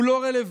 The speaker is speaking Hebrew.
הוא לא רלוונטי.